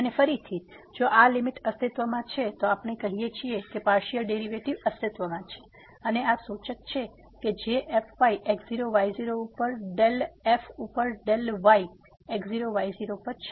અને ફરીથી જો આ લીમીટ અસ્તિત્વમાં છે તો આપણે કહીએ છીએ કે પાર્સીઅલ ડેરીવેટીવ અસ્તિત્વમાં છે અને આ સૂચક છે કે જે fyx0 y0 ઉપર ડેલ f ઉપર ડેલ y x0 y0 પર છે